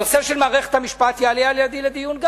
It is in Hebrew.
הנושא של מערכת המשפט, אני אעלה גם אותו לדיון.